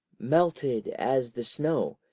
melted as the snow,